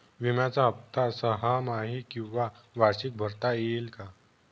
विम्याचा हफ्ता सहामाही किंवा वार्षिक भरता येईल का?